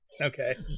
Okay